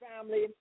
family